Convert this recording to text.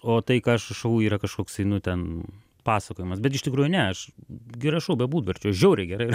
o tai ką aš rašau yra kažkoksai nu ten pasakojimas bet iš tikrųjų ne aš gi rašau be būdvardžių aš žiauriai gerai